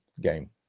game